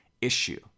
issue